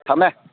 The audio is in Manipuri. ꯊꯝꯃꯦ